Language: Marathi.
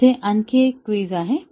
येथे आणखी एक क्विझ आहे